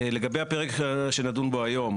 לגבי הפרק שנדון בו היום,